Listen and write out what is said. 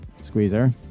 squeezer